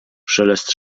szelest